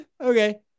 okay